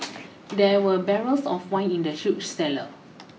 there were barrels of wine in the huge cellar